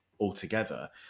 altogether